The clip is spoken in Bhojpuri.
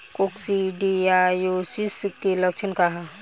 कोक्सीडायोसिस के लक्षण का ह?